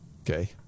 Okay